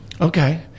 Okay